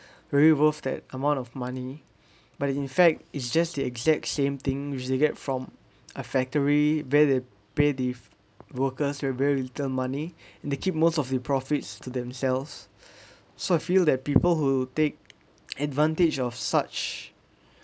very worth that amount of money but in fact it's just the exact same thing which they get from a factory where they pay these workers with very little money and they keep most of the profits to themselves so I feel that people who take advantage of such